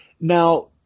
Now